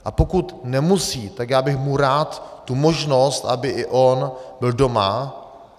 A pokud nemusí, tak já bych mu rád tu možnost, aby i on byl doma.